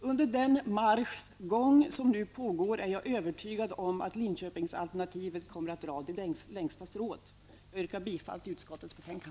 Under den marsch som nu pågår är jag övertygad om att Linköpingsalternativet kommer att dra det längsta strået. Jag yrkar bifall till utskottets hemställan.